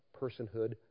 personhood